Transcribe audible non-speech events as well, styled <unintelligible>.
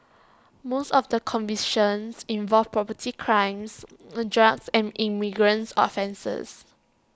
most of the convictions involved property crimes <unintelligible> drugs and immigrates offences